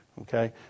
Okay